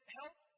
help